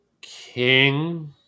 King